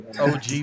OG